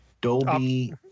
Dolby